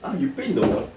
!huh! you paint the wall